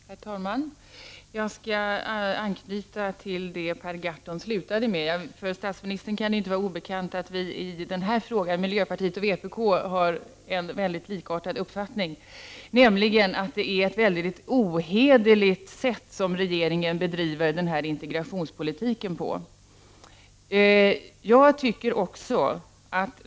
Herr talman! Jag skall anknyta till de synpunkter som Per Gahrton avslutade med. För statsministern kan det inte vara obekant att miljöpartiet och vpk har en mycket likartad uppfattning i den här frågan, nämligen att regeringen bedriver integrationspolitiken på ett ohederligt sätt.